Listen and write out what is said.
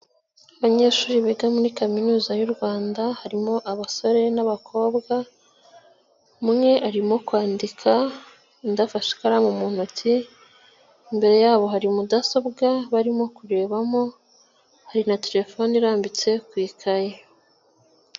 Abanyeshuri biga muri kaminuza y'u Rwanda, harimo abasore n'abakobwa, umwe arimo kwandika, undi afashe ikaramu mu ntoki, imbere yabo hari mudasobwa barimo kurebamo, hari na telefone irambitse ku ikayi.